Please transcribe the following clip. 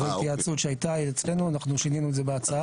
אחרי התייעצות שהייתה אצלנו אנחנו שינינו את זה בהצעה.